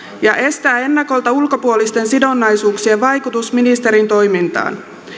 ja estää ennakolta ulkopuolisten sidonnaisuuksien vaikutus ministerin toimintaan